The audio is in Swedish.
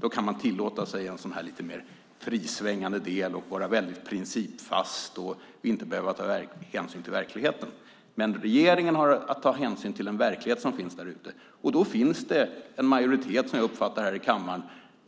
Då kan man tillåta sig en lite mer frisvängande del, vara väldigt principfast och inte behöva ta hänsyn till verkligheten. Men regeringen har att ta hänsyn till en verklighet som finns där ute. Då finns det en majoritet, som jag uppfattar det, här i kammaren.